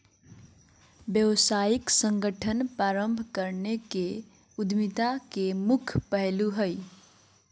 व्यावसायिक संगठन प्रारम्भ करे के उद्यमिता के मुख्य पहलू हइ